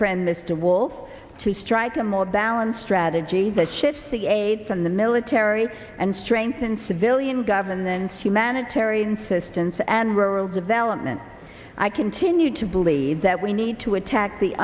friend mr wall to strike a more balanced strategy that shifts the aid from the military and strengthen civilian governance humanitarian insistence and rural development i continue to believe that we need to attack the